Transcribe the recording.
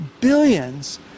billions